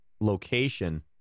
location